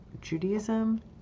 Judaism